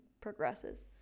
progresses